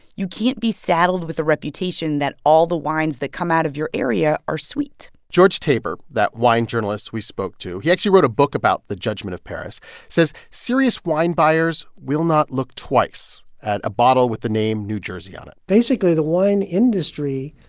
you can't be saddled with a reputation that all the wines that come out of your area are sweet george taber, that wine journalist we spoke to, he actually wrote a book about the judgment of paris. he says serious wine buyers will not look twice at a bottle with the name new jersey on it basically, the wine industry,